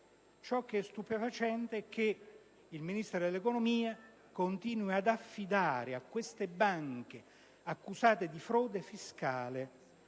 Ciò che è stupefacente è che il Ministro dell'economia e delle finanze continui ad affidare a queste banche, accusate di frode fiscale,